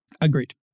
Agreed